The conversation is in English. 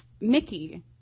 Mickey